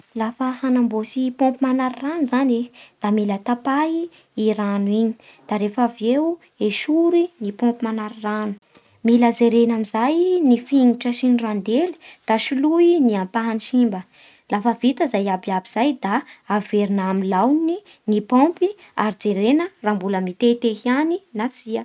Lafa hanamboatsy pompy manary rano zany e da mila tapaky e rano igny, da rehefa avy eo esory ny pompy manary rano, mila jerena amin'izay ny fingotra sy ny randely, da soly ny ampahany simba. Lafa vita izay abiaby zay da averina amin'ny laoniny ary jerena raha mbola mitete ihany na tsia.